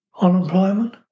unemployment